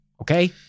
okay